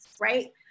right